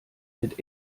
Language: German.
mit